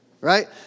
right